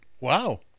Wow